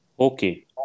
Okay